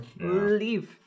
Leave